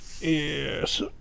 Yes